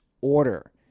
order